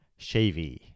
shavy